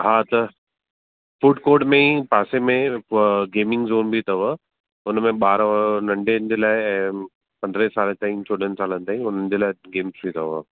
हा त food court में ई पासे में गेमिंग ज़ोन बि अथव हुन में ॿार नंढनि जे लाइ ऐं पंदरहें साल ताईं चौॾहनि सालनि ताईं हुननि जे लाइ गेम्स बि अथव